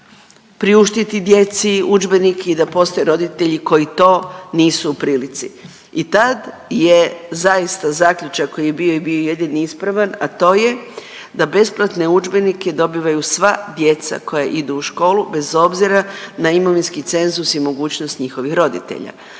priuštiti djeci udžbenik i da postoje roditelji koji to nisu u prilici. I tad je zaista zaključak koji je bio i bio je jedini ispravan, a to je da besplatne udžbenike dobivaju sva djeca koja idu u školu bez obzira na imovinski cenzus i mogućnost njihovih roditelja.